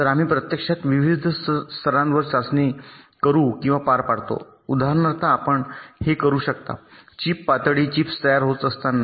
तर आम्ही प्रत्यक्षात विविध स्तरांवर चाचणी करू किंवा पार पाडतो उदाहरणार्थ आपण हे करू शकता चिप पातळी चिप्स तयार होत असताना